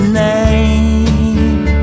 name